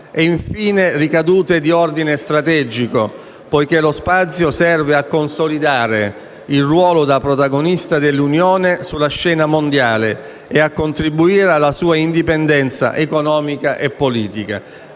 sono le ricadute di ordine strategico, poiché lo spazio serve a consolidare il ruolo da protagonista dell'Unione sulla scena mondiale e a contribuire alla sua indipendenza economica e politica.